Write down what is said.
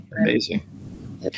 Amazing